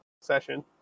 session